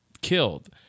killed